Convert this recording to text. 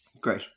Great